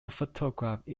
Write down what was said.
photograph